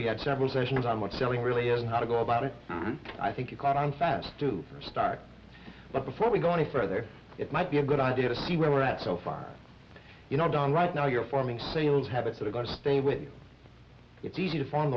we had several sessions on what selling really is and how to go about it i think it caught on fast to for a start but before we go any further it might be a good idea to see where we're at so far you know down right now you're forming sales habits that are going to stay with you it's easy to f